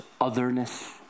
otherness